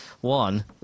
One